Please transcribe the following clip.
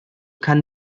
kann